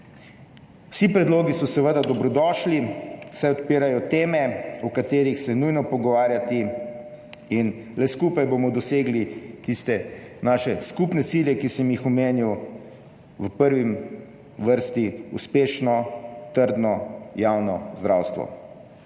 Vsi predlogi so seveda dobrodošli, saj odpirajo teme, o katerih se je nujno treba pogovarjati. Le skupaj bomo dosegli tiste naše skupne cilje, ki sem jih omenil – v prvi vrsti uspešno in trdno javno zdravstvo.